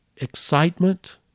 excitement